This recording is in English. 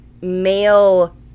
male